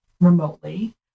remotely